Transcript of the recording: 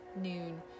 noon